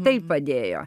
tai padėjo